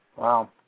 Wow